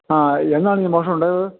അ എന്നാണീ മോഷണം ഉണ്ടായത്